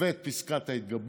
ואת פסקת ההתגברות,